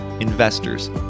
investors